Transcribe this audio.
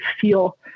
feel